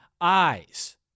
eyes